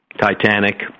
Titanic